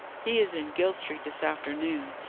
he is in guild street this afternoon.